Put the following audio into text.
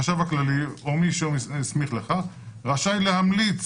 החשב הכללי או מי שהוא הסמיך לכך רשאי להמליץ